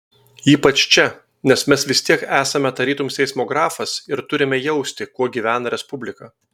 ypač čia nes mes vis tiek esame tarytum seismografas ir turime jausti kuo gyvena respublika